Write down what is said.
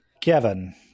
Kevin